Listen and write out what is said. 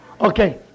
Okay